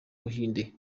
buhinde